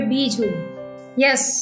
Yes